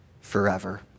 forever